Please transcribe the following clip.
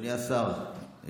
אדוני השר,